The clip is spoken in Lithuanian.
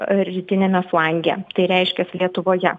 rytiniame flange tai reiškias lietuvoje